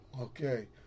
Okay